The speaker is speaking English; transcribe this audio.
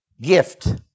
gift